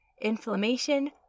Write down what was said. inflammation